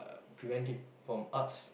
prevent it from arts